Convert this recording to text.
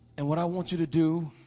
and what i want you to do